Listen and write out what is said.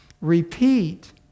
repeat